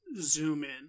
zoom-in